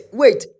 wait